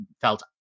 felt